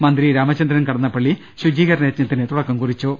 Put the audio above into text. മന്ത്രി രാമചന്ദ്രൻ കടന്നപ്പള്ളി ശുചീകരണ യജ്ഞത്തിന് തുടക്കം കുറിച്ചു